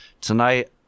Tonight